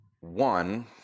One